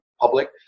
public